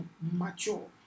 mature